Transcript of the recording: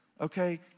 Okay